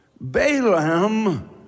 Balaam